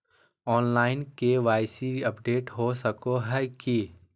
Online KYC update हो सको है की?